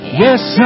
yes